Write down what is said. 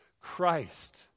Christ